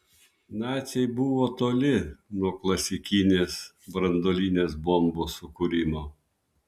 naciai buvo toli nuo klasikinės branduolinės bombos sukūrimo